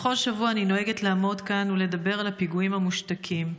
בכל שבוע אני נוהגת לעמוד כאן ולדבר על הפיגועים המושתקים,